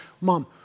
Mom